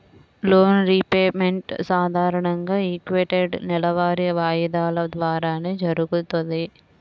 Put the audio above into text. loan repayment సాధారణంగా equated నెలవారీ వాయిదాల ద్వారానే జరుగుతది